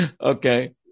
Okay